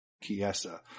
Chiesa